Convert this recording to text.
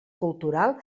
cultural